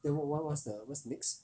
then what what what's the what's the next